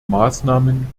maßnahmen